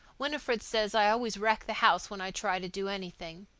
winifred says i always wreck the house when i try to do anything.